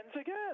again